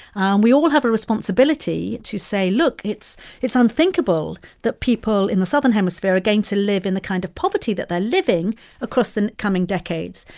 um we all have a responsibility to say, look it's it's unthinkable that people in the southern hemisphere are going to live in the kind of poverty that they're living across the coming decades.